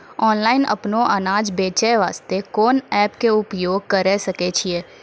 Online अपनो अनाज बेचे वास्ते कोंन एप्प के उपयोग करें सकय छियै?